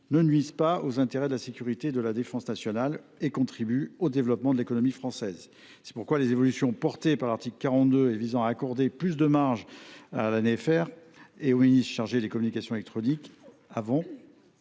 ne nuisent pas aux intérêts de la sécurité et de la défense nationale et contribuent au développement de l’économie française. C’est pourquoi les évolutions prévues à l’article 42, qui visent à accorder plus de marge à l’ANFR et au ministre chargé des communications électroniques avant,